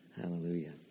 Hallelujah